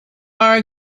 are